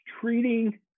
treating